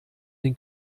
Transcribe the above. den